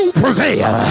prevail